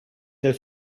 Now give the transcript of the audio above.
del